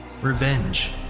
revenge